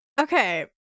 Okay